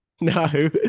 No